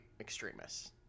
extremists